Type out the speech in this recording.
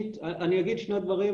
אני אגיד שני דברים,